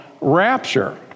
rapture